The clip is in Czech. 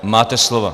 Máte slovo.